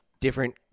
different